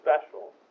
special